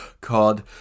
called